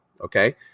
okay